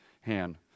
hand